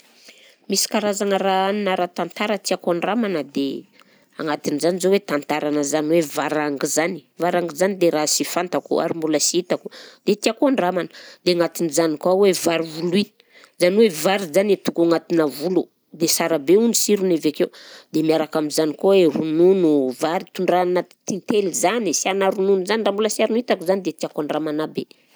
Misy karazagna raha hanina ara-tantara tiako andramana dia agnatin'jany jao hoe tantaranà zany hoe varangy zany, varangy zany dia raha sy fantako, ary mbola sy hitako, dia tiako andramana, dia agnatin'izany koa hoe vary voloy, zany hoe vary zany atoko agnatinà volo, dia sara be hono sirony avy akeo, dia miaraka am'zany koa i ronono, vary tondrahana t- tintely zany asiana ronono zany raha mbola sy ary no hitako zany dia tiako andramana aby.